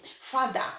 Father